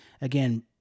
again